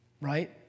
right